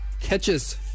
catches